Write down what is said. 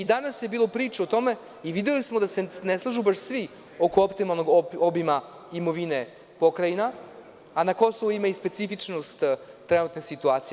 Danas je bilo priče o tome i videli smo da se ne slažu baš svi oko optimalnog obima imovine pokrajina, a na Kosovu postoji specifičnost trenutne situacije.